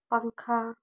पंखा